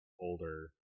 older